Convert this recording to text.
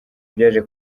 byaje